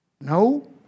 No